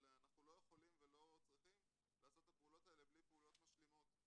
אנחנו לא יכולים ולא צריכים לעשות את הפעולות האלה בלי פעולות משלימות.